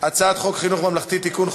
הצעת חוק חינוך ממלכתי (תיקון,